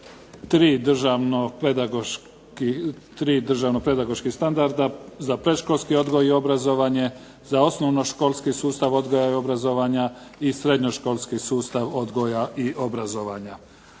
državnog pedagoškog standarda predškolskog odgoja i naobrazbe, osnovnoškolskog sustava odgoja i obrazovanja i srednjoškolskog sustava odgoja i obrazovanja